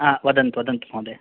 आम् वदन्तु वदन्तु महोदय